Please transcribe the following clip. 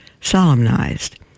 solemnized